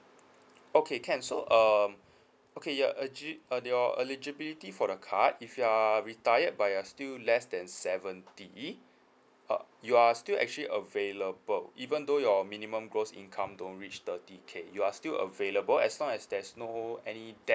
okay can so um okay your egi~ uh your eligibility for the card if you are retired but you're still less than seventy uh you are still actually available even though your minimum gross income don't reach thirty K you are still available as long as there's no any debt